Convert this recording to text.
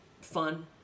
fun